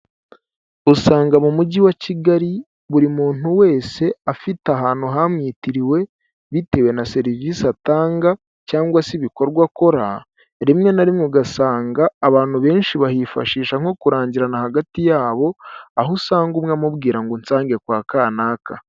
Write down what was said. Usanga mu mujyi wa Kigali buri muntu wese afite ahantu hamwitiriwe bitewe na serivisi atanga cyangwa se ibikorwa akora, rimwe na rimwe ugasanga abantu benshi bahifashisha nko kurangirana hagati yabo, aho usanga umwe amubwira ngo unsange kwa kanaka.